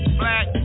black